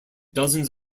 dozens